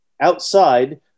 Outside